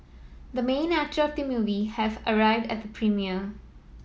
the main actor of the movie have arrived at the premiere